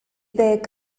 ddeg